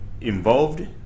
involved